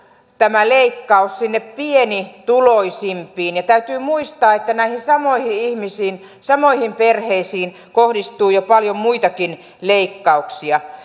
tämä leikkaus kohdistuu sinne pienituloisimpiin ja täytyy muistaa että näihin samoihin ihmisiin samoihin perheisiin kohdistuu jo paljon muitakin leikkauksia